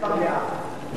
אין חברי כנסת במליאה.